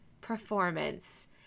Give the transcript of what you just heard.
performance